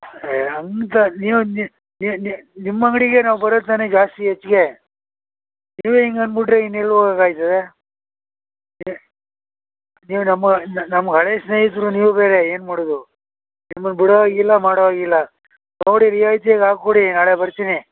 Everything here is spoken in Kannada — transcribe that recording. ಏಯ್ ಎಂತ ನೀವು ನಿಮ್ಮ ಅಂಗಡಿಗೆ ನಾವು ಬರೋದು ತಾನೆ ಜಾಸ್ತಿ ಹೆಚ್ಗೆ ನೀವೇ ಹಿಂಗೆ ಅನ್ಬಿಟ್ರೆ ಇನ್ನೆಲ್ಲಿ ಹೋಗೋಕೆ ಆಗ್ತದೆ ನೀವು ನಮ್ಮ ನಮ್ಗೆ ಹಳೆಯ ಸ್ನೇಹಿತರು ನೀವು ಬೇರೆ ಏನು ಮಾಡೋದು ನಿಮ್ಮನ್ನ ಬಿಡೋ ಹಾಗಿಲ್ಲ ಮಾಡೋ ಹಾಗಿಲ್ಲ ನೋಡಿ ರಿಯಾಯ್ತಿಗೆ ಹಾಕಿಕೊಡಿ ನಾಳೆ ಬರ್ತೀನಿ